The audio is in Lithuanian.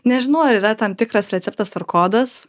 nežinau ar yra tam tikras receptas ar kodas